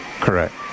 Correct